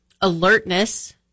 alertness